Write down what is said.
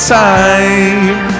time